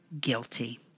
guilty